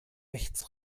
rechts